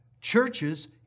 churches